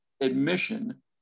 admission